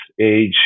age